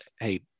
hey